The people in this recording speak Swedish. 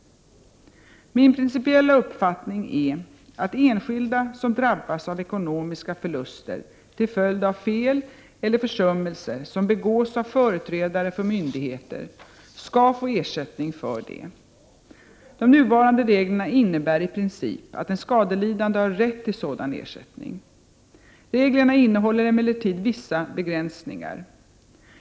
Min principiella uppfattning är att enskilda som drabbas av ekonomiska förluster till följd av fel eller försummelser som begås av företrädare för myndigheter skall få ersättning för det. De nuvarande reglerna innebär i princip att den skadelidande har rätt till sådan ersättning. Reglerna innehåller emellertid vissa begränsningar.